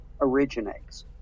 originates